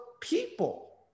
people